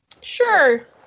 Sure